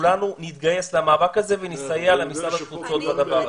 כולנו נתגייס למאבק הזה ונסייע למשרד התפוצות בדבר הזה.